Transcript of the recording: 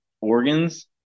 organs